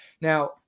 now